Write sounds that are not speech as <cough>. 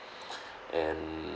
<breath> and